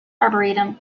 arboretum